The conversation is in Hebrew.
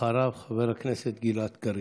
אחריו, חבר הכנסת גלעד קריב.